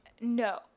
No